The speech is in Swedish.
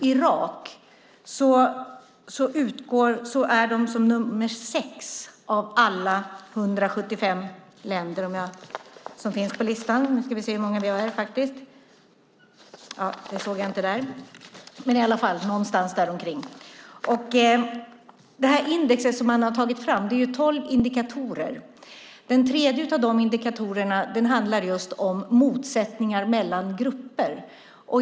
Irak finns med som nummer sex av alla de ca 175 länderna på listan. Man har tagit fram ett index med tolv indikatorer. Den tredje av indikatorerna handlar om motsättningar mellan grupper.